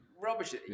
rubbish